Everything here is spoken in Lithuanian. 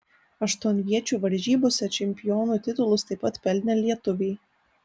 aštuonviečių varžybose čempionų titulus taip pat pelnė lietuviai